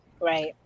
Right